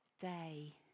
day